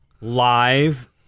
live